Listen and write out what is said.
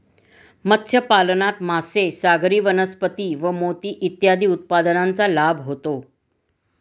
मत्स्यपालनात मासे, सागरी वनस्पती व मोती इत्यादी उत्पादनांचा लाभ होतो